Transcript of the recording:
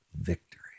victory